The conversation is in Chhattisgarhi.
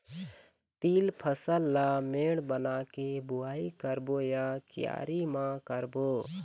तील फसल ला मेड़ बना के बुआई करबो या क्यारी म करबो?